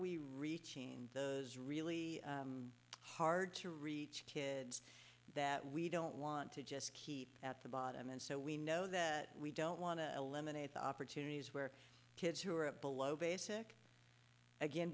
we reaching those really hard to reach kids that we don't want to just keep at the bottom and so we know that we don't want to eliminate the opportunities where kids who are below basic again